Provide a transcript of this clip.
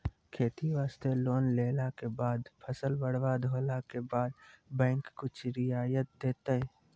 खेती वास्ते लोन लेला के बाद फसल बर्बाद होला के बाद बैंक कुछ रियायत देतै?